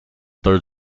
third